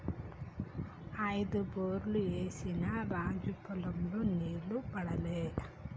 ఐదు బోర్లు ఏసిన రాజు పొలం లో నీళ్లు పడలే